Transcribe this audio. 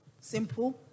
simple